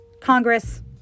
Congress